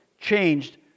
changed